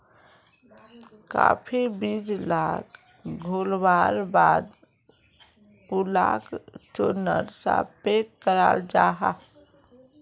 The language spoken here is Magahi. काफी बीज लाक घोल्वार बाद उलाक चुर्नेर सा पैक कराल जाहा